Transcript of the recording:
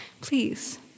please